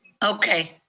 okay.